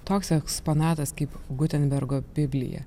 toks eksponatas kaip gutenbergo biblija